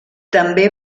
també